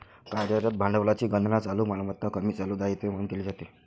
कार्यरत भांडवलाची गणना चालू मालमत्ता कमी चालू दायित्वे म्हणून केली जाते